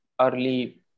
early